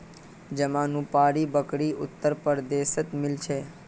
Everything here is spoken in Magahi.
जमानुपारी बकरी उत्तर प्रदेशत मिल छे